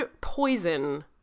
poison